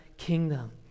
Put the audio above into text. kingdom